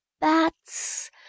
bats